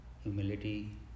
humility